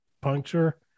puncture